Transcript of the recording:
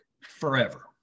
Forever